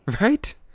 right